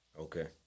Okay